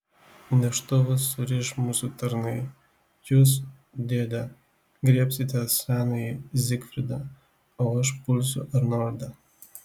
neštuvus suriš mūsų tarnai jūs dėde griebsite senąjį zigfridą o aš pulsiu arnoldą